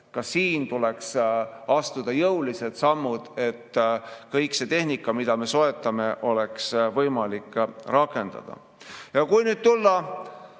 Ka siin tuleks astuda jõulised sammud, et kõike seda tehnikat, mida me soetame, oleks võimalik rakendada. Kui tulla